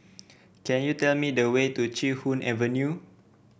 can you tell me the way to Chee Hoon Avenue